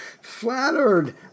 flattered